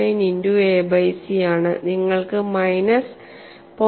09 into a by c ആണ് നിങ്ങൾക്ക് minus 0